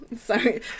sorry